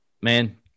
Man